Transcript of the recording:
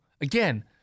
Again